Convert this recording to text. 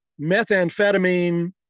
methamphetamine